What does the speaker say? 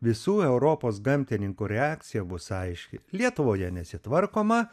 visų europos gamtininkų reakcija bus aiški lietuvoje nesitvarkoma